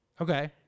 Okay